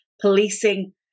policing